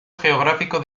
geográfico